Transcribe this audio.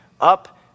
up